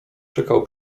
czekał